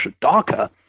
darker